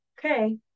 okay